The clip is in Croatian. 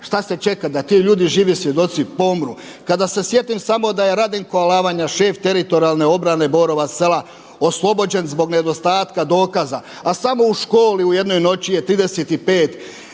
Šta se čeka? Da ti ljudi živi svjedoci pomru. Kada se sjetim samo da je Radinko Alavanja šef teritorijalne obrane Borova Sela oslobođen zbog nedostatka dokaza, a samo u školi u jednoj noći je 35